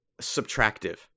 subtractive